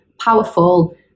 powerful